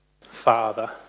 Father